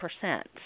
percent